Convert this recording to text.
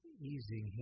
easing